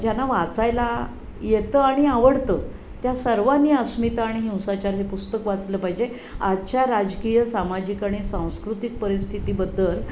ज्यांना वाचायला येतं आणि आवडतं त्या सर्वांनी अस्मिता आणि हिंसाचार हे पुस्तक वाचलं पाहिजे आजच्या राजकीय सामाजिक आणि सांस्कृतिक परिस्थितीबद्दल